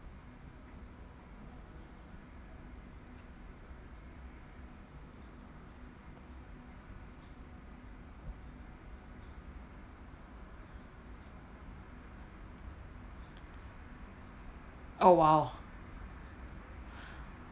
oh !wow!